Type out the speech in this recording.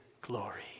glory